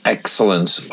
Excellence